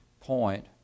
point